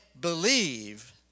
believe